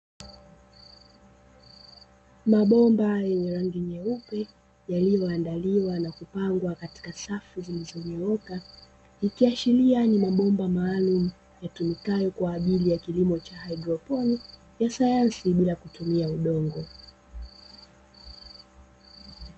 Mabomba yeye rangi nyeupe yaliyoandaliwa na kupangwa katika safu zilizo nyooka, ikiashiria ni mabomba maalumu yatumikayo kwa ajili ya kilimo cha haidroponi ya sayansi ya bila kutumia udongo.